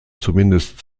zumindest